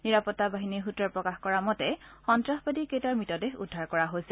নিৰাপত্তা বাহিনীৰ সূত্ৰই প্ৰকাশ কৰা মতে সন্তাসবাদী কেইটাৰ মৃতদেহ উদ্ধাৰ কৰা হৈছে